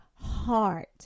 heart